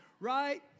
Right